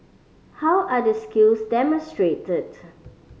how are the skills demonstrated